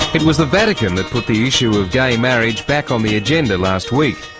it was the vatican that put the issue of gay marriage back on the agenda last week,